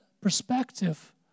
perspective